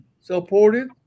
supported